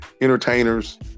entertainers